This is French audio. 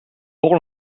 pour